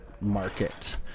market